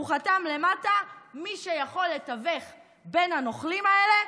הוא חתם למטה: מי שיכול לתווך בין הנוכלים האלה,